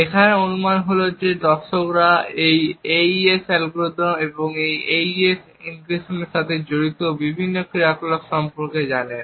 এখানে অনুমান হল যে দর্শকরা এই AES অ্যালগরিদম এবং একটি AES এনক্রিপশনের সাথে জড়িত বিভিন্ন ক্রিয়াকলাপ সম্পর্কে জানেন